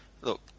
look